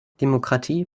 demokratie